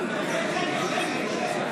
לא נתקבלה.